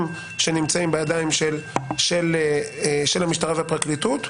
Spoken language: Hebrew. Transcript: שנמצאים בידיים של המשטרה והפרקליטות.